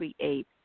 create